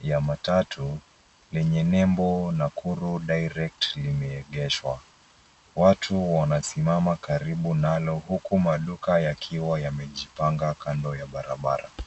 ya matatu lenye nembo Nakuru Direct limeegeshwa. Watu wanasimama karibu nalo huku maduka yakiwa yamejipanga kando ya barabara.